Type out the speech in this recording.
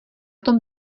tom